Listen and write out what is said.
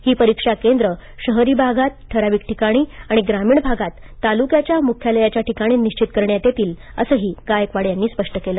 ही परीक्षा केंद्र शहरी भागात ठराविक ठिकाणी आणि ग्रामीण भागात तालुक्याच्या मुख्यालयाच्या ठिकाणी निश्वित करण्यात येतील असंही गायकवाड यांनी स्पष्ट केलं